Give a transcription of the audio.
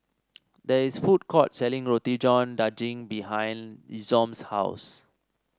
there is a food court selling Roti John Daging behind Isom's house